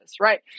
right